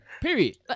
Period